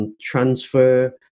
transfer